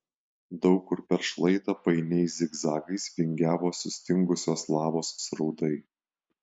daug kur per šlaitą painiais zigzagais vingiavo sustingusios lavos srautai